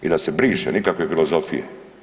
I da se briše, nikakve filozofije.